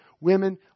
women